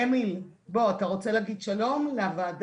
אמיל, בוא, אתה רוצה להגיד שלום לוועדה?